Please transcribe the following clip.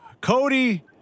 Cody